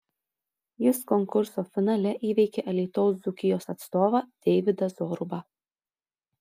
jis konkurso finale įveikė alytaus dzūkijos atstovą deividą zorubą